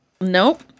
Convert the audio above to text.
Nope